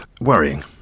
worrying